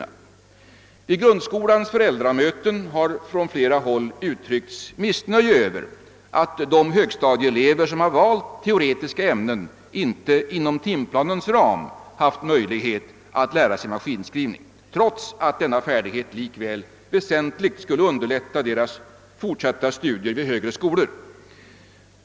Under grundskolans föräldramöten har från flera håll uttryckts missnöje över att de högstadieelever som har valt teoretiska ämnen inte inom timplanens ram haft möjlighet att lära sig maskinskrivning, trots att denna färdighet väsentligt skulle underlätta deras fortsatta studier.